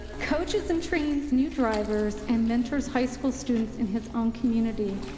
coaches and trains new drivers, and mentors high school students in his own community.